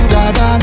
Dada